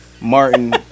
martin